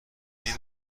این